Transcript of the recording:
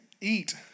eat